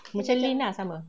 macam lyn ah sama